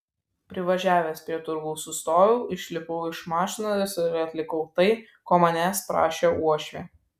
privažiavęs prie turgaus sustojau išlipau iš mašinos ir atlikau tai ko manęs prašė uošvė